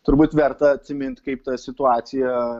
turbūt verta atsimint kaip ta situacija